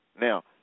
Now